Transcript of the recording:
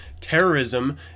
terrorism